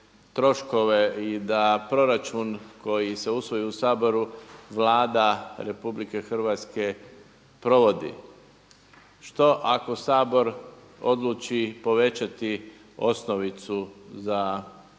i da proračun koji se usvoji u Saboru Vlada RH provodi. Što ako Sabor odluči povećati osnovicu za državne